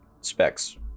specs